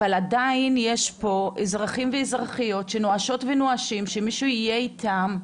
אבל עדיין יש פה אזרחים ואזרחיות שנואשות ונואשים שמישהו יהיה איתם,